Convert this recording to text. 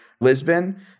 lisbon